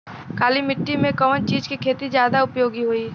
काली माटी में कवन चीज़ के खेती ज्यादा उपयोगी होयी?